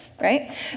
right